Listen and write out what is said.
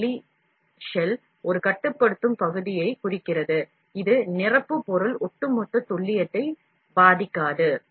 இந்த வெளி ஷெல் ஒரு கட்டுப்படுத்தும் பகுதியையும் குறிக்கிறது இது நிரப்பு பொருள் ஒட்டுமொத்த துல்லியத்தை பாதிக்காது